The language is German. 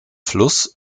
fluss